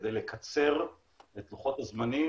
כדי לקצר את לוחות הזמנים,